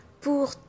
pour